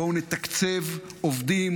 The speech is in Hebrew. בואו נתקצב עובדים,